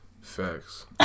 Facts